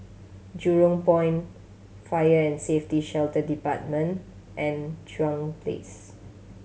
Jurong Point Fire and Safety Shelter Department and Chuan Place